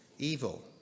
evil